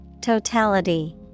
Totality